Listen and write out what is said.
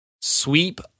Sweep